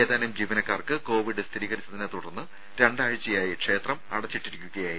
ഏതാനും ജീവനക്കാർക്ക് കോവിഡ് സ്ഥിരീകരിച്ചതിനെത്തുടർന്ന് രണ്ടാഴ്ചയായി ക്ഷേത്രം അടച്ചിട്ടിരുന്നു